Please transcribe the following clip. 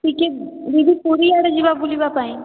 ଟିକେ ଦିଦି ପୁରୀ ଆଡ଼େ ଯିବା ବୁଲିବା ପାଇଁ